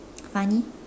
funny